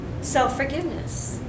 self-forgiveness